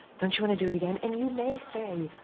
don't you wanna do it again? and you may say,